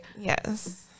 Yes